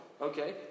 Okay